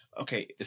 okay